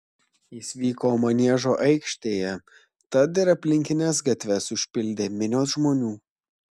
jis vyko maniežo aikštėje tad ir aplinkines gatves užpildė minios žmonių